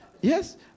Yes